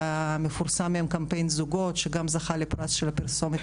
המפורסם הוא קמפיין זוגות שגם זכה לפרס של הפרסומת